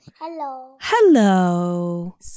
Hello